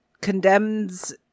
Condemns